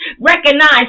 recognize